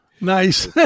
Nice